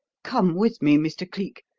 come with me, mr. cleek.